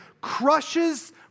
crushes